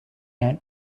ant